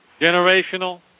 generational